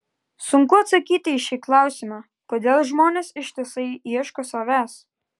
sunku atsakyti į šį klausimą kodėl žmonės ištisai ieško savęs